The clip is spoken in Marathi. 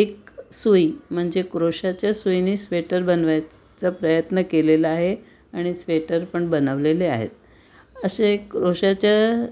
एक सूई म्हणजे क्रोशाच्या सुईने स्वेटर बनवायचा प्रयत्न केलेला आहे आणि स्वेटर पण बनवलेले आहेत असे क्रोशाच्या